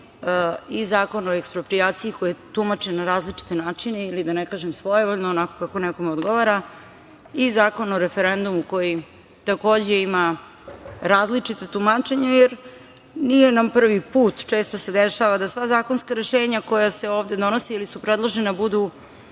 i zakon o eksproprijaciji, koji je tumačen na različite načine, ili da ne kažem svojevoljno, onako kako nekome odgovara, i zakon o referendumu, koji takođe ima različita tumačenja. Nije nam prvi put, često se dešava da sva zakonska rešenja koja se ovde donose ili su predložena budu